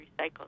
recycled